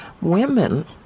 women